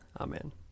Amen